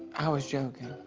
i was joking.